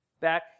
back